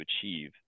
achieve